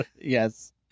Yes